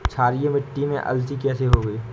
क्षारीय मिट्टी में अलसी कैसे होगी?